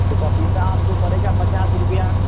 तो पपीता आपको पड़ेगा पचास रुपये